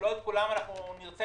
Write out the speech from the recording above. יכול להיות שאם היו נתונים,